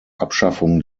abschaffung